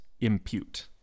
impute